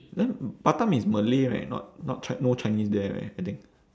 then batam is malay right not not chi~ no chinese there right I think